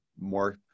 more